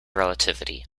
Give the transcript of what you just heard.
relativity